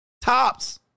Tops